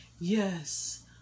yes